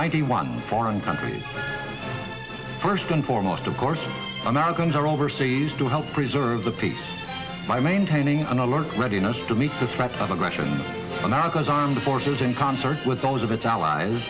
ninety one foreign countries first and foremost of course americans are overseas to help preserve the peace by maintaining an alert readiness to meet the threats of aggression america's armed forces in concert with those of its allies